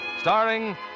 Starring